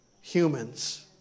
humans